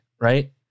right